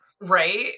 Right